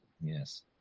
Yes